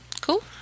Cool